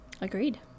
Agreed